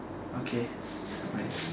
okay bye